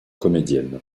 comédienne